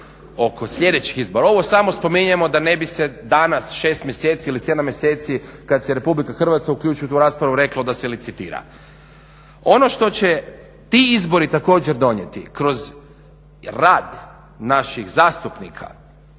oko sljedećih izbora. Ovo samo spominjemo da ne bi se danas 6 mjeseci ili 7 mjeseci kad se Republika Hrvatska uključi u tu raspravu reklo da se licitira. Ono što će ti izbori također donijeti kroz rad naših zastupnika